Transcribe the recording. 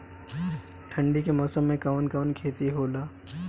ठंडी के मौसम में कवन कवन खेती होला?